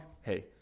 hey